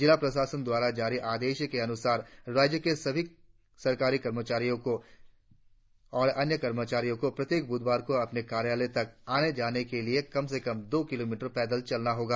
जिला प्रशासन्न द्वारा जारी आदेश के अनुसार राज्य के सभी सरकारी अधिकारियों और अन्य कर्मचारियों को प्रत्येक बुधवार को अपने कार्यालयों तक आने जाने के लिए कम से कम दो किलोमीटर पैदल चलना होगा